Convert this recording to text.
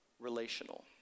relational